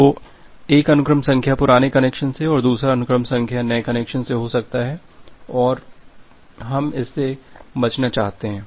तो एक अनुक्रम संख्या पुराने कनेक्शन से और दूसरा अनुक्रम संख्या नए कनेक्शन से हो सकता है और हम इससे बचना चाहते हैं